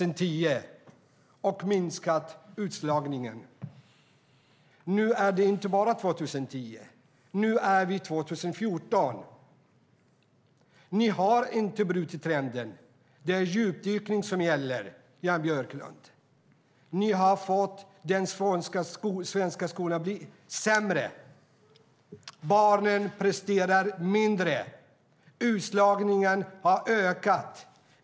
Nu är det inte 2010. Nu är det 2014. Ni har inte brutit trenden. Det är djupdykning som gäller, Jan Björklund. Ni har fått den svenska skolan att bli sämre. Barnen presterar mindre. Utslagningen har ökat.